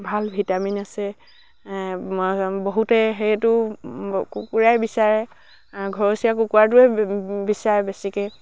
ভাল ভিটামিন আছে বহুতে সেইটো কুকুুৰাই বিচাৰে ঘৰচীয়া কুকুৰাটোৱে বিচাৰে বেছিকৈ